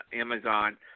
Amazon